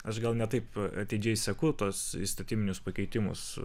aš gal ne taip atidžiai seku tuos įstatyminius pakeitimus